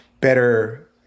better